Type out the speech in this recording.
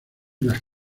las